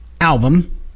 album